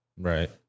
Right